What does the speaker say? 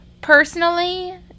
Personally